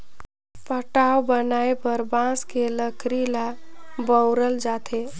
पटाव बनाये बर बांस के लकरी ल बउरल जाथे